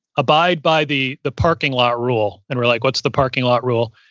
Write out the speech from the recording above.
abide by the the parking lot rule, and we're like, what's the parking lot rule?